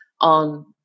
on